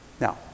Now